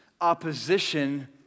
opposition